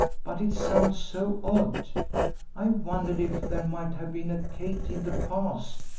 but it sounds so odd i wondered if there might have been a kathie in the past.